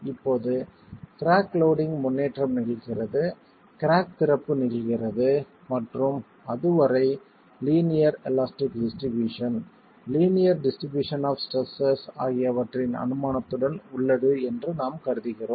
இப்போது crack loading முன்னேற்றம் நிகழ்கிறது கிராக் திறப்பு நிகழ்கிறது மற்றும் அது வரை linear elastic distribution linear distribution of stresses ஆகியவற்றின் அனுமானத்துடன் உள்ளது என்று நாம் கருதுகிறோம்